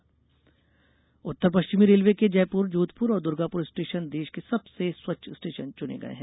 station survey उत्तर पश्चिमी railway के जयपुर जोधपुर और दुर्गापुर स्टेशन देश के सबसे स्वच्छ स्टेशन चुने गये है